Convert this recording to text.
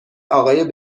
آقای